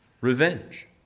revenge